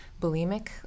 bulimic